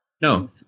No